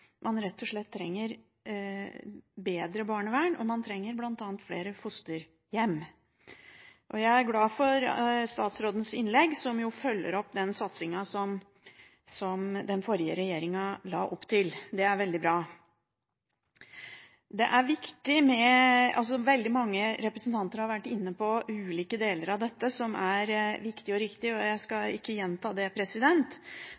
man rett og slett trenger bedre barnevern, og man trenger bl.a. flere fosterhjem. Jeg er glad for statsrådens innlegg, som jo følger opp den satsingen som den forrige regjeringen la opp til. Det er veldig bra. Veldig mange representanter har vært inne på ulike deler av dette som er viktig og riktig, og jeg